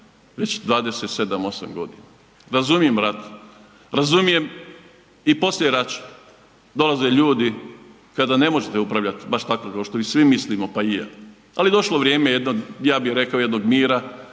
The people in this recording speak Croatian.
već 27-8 godina. Razumijem rat, razumijem i poslijeraće, dolaze ljudi kada ne možete upravljati baš tako kao što mi svi mislimo pa i ja, ali došlo vrijeme jednog, ja bi rekao jednog mira,